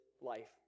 life